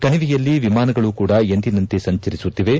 ಕಣಿವೆಯಲ್ಲಿ ವಿಮಾನಗಳು ಕೂಡ ಎಂದಿನಂತೆ ಸಂಚರಿಸುತ್ತಿವೆ